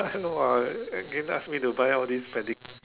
I don't know lah they ask me to buy all this ped~